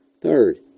Third